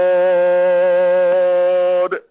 Lord